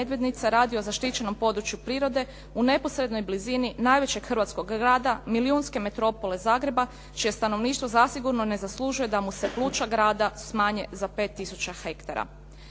radi o zaštićenom području prirode u neposrednoj blizini najvećeg hrvatskog grada milijunske metropole Zagreba čije stanovništvo zasigurno ne zaslužuje da mu se pluća grada smanje za 5 tisuća hektara.